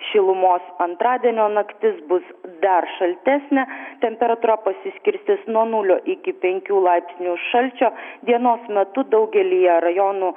šilumos antradienio naktis bus dar šaltesnė temperatūra pasiskirstys nuo nulio iki penkių laipsnių šalčio dienos metu daugelyje rajonų